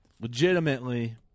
Legitimately